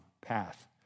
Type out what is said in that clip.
path